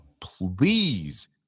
please